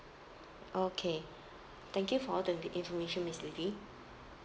okay thank you for all the information miss lily